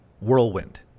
whirlwind